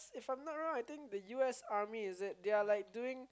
if I'm not wrong I think the U_S army is it they are like doing